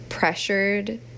pressured